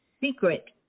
secret